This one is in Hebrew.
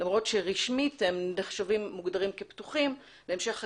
למרות שרשמית הם מוגדרים כפתוחים להמשך חקירה,